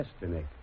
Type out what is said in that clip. destiny